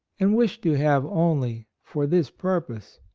and wish to have only for this purpose.